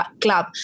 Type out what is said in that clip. club